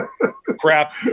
crap